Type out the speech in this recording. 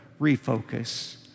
refocus